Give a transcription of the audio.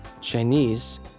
Chinese